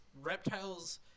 reptiles